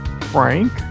Frank